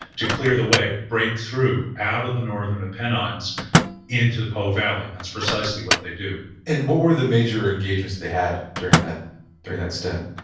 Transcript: to clear the way, to break through out of the northern apennines into the po valley, and that's precisely what they do and what were the major engagements they had during that during that stint?